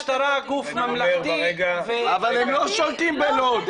המשטרה זה גוף ממלכתי --- אבל הם לא שולטים בלוד.